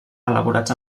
elaborats